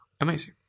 Amazing